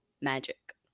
magic